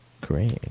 Great